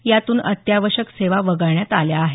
यातून अत्यावश्यक सेवा वगळण्यात आल्या आहेत